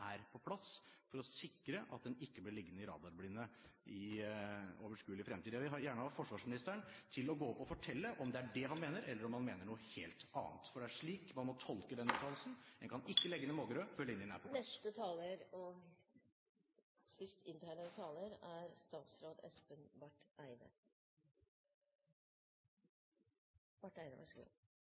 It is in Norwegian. er på plass, for å sikre at den ikke blir liggende i radarblinde i overskuelig fremtid. Jeg vil gjerne at forsvarsministeren kommer opp og forteller om det er dette han mener, eller om han mener noe helt annet. For det er slik man må tolke den uttalelsen – en kan ikke legge ned Mågerø før linjene er på plass. Anundsen tar igjen opp forholdet rundt Mågerø. Jeg må bare si at begge spørsmålene egentlig er